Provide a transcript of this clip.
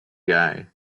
guy